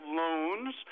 loans